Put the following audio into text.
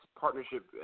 partnership